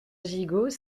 gigot